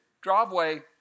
driveway